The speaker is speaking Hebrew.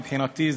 מבחינתי,